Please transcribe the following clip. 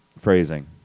Phrasing